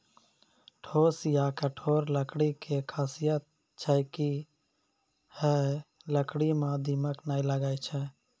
ठोस या कठोर लकड़ी के खासियत छै कि है लकड़ी मॅ दीमक नाय लागैय छै